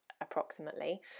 approximately